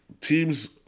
teams